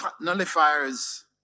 nullifiers